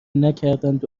نکردند